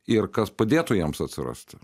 ir kas padėtų jiems atsirasti